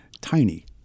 tiny